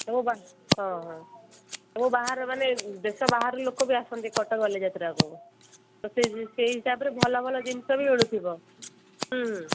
ସବୁ ହଁ ହଁ ସବୁ ବାହାର ମାନେ ଦେଶ ବାହାର ଲୋକ ବି ଆସନ୍ତି କଟକ ବାଲି ଯାତ୍ରା କୁ ସେଇ ହିସାବରେ ଭଲ ଭଲ ଜିନିଷ ବି ମିଳୁଥିବ ହୁଁ